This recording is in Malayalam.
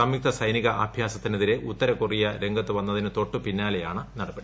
സംയുക്ത സൈനിക്കൃഅഭ്യാസത്തിനെതിരെ ഉത്തരകൊറിയ രംഗത്ത് വന്നതിന് തൊട്ടുപ്പിന്നാലെയാണ് നടപടി